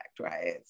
right